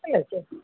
hello